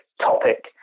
topic